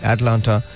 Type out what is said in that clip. Atlanta